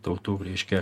tautų reiškia